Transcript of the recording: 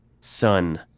sun